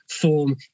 form